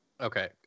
Okay